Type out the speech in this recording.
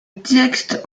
texte